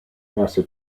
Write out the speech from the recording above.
mass